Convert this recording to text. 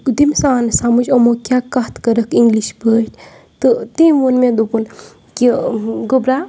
تٔمِس آو نہ سَمٕجھ یِمو کیاہ کَتھ کٔرٕکھ اِنگلِش پٲٹھۍ تہٕ تٔمۍ ووٚن مےٚ دوٚپُن کہِ گۄبرا